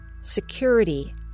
Security